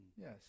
Yes